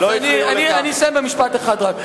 לא הפריעו לך.